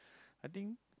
I think